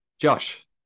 Josh